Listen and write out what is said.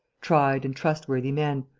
tried and trustworthy men,